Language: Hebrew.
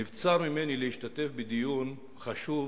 נבצר ממני להשתתף בדיון חשוב